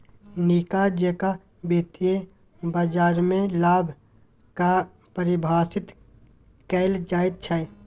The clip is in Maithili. नीक जेकां वित्तीय बाजारमे लाभ कऽ परिभाषित कैल जाइत छै